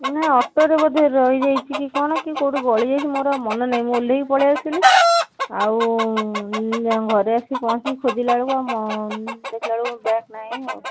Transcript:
ନା ଅଟୋରେ ବୋଧେ ରହିଯାଇଛି କି କ'ଣ କି କେଉଁଠି ଗଳିଯାଇଛି ମୋର ଆଉ ମନେ ନାହିଁ ମୁଁ ଓହ୍ଲାଇକି ପଳାଇଆସିଲି ଆଉ ଘରେ ଆସିକି ପହଞ୍ଚିକି ଖୋଜିଲା ବେଳକୁ ମୋ ଦେଖିଲାବେଳକୁ ମୋ ବ୍ୟାଗ୍ ନାହିଁ ଆଉ